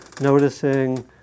noticing